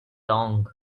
long